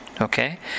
Okay